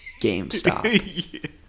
GameStop